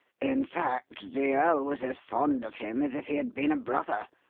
in fact, the earl was as fond of him as if he had been a brother.